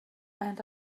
and